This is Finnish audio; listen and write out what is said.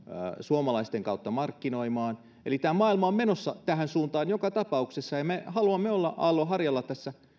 suomalaisten kautta markkinoimaan eli maailma on menossa tähän suuntaan joka tapauksessa ja me haluamme olla aallon harjalla tässä